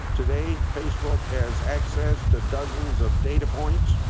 today facebook has access to dozens of data points,